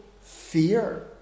fear